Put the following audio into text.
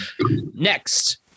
next